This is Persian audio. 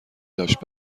داشت